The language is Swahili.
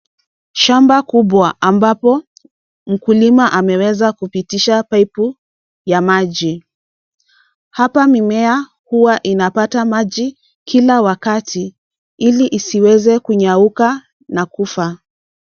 Shamba kubwa ambapo mkulima ameweza kupitisha paipu ya maji. Hapa mimea huwa inapata maji kila wakati ili isiweze kunyauka na kufa.